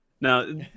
Now